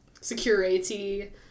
security